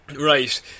Right